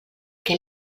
què